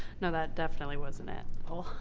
no that definitely wasn't it.